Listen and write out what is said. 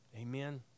Amen